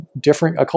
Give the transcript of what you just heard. different